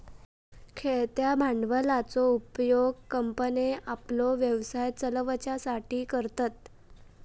खेळत्या भांडवलाचो उपयोग कंपन्ये आपलो व्यवसाय चलवच्यासाठी करतत